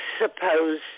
suppose